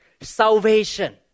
Salvation